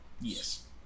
Yes